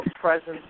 presence